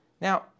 Now